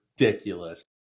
ridiculous